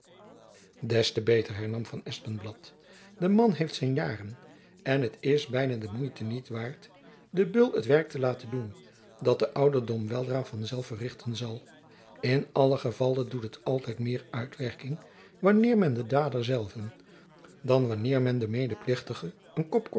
des te beter hernam van espenblad de man heeft zijn jaren en t is byna de moeite niet waard den beul het werk te laten doen dat de ouderdom weldra van zelf verrichten zal in allen gevalle doet het altijd meer uitwerking wanneer men den dader zelven dan wanneer men den medeplichtige een kop